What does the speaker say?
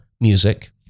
music